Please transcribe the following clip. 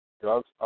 drugs